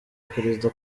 perezida